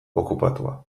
okupatua